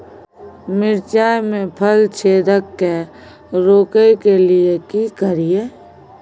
मिर्चाय मे फल छेदक के रोकय के लिये की करियै?